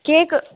cake